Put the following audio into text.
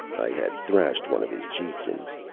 i had thrashed one of his chieftains.